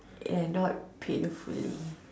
and not painfully